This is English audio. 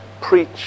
preach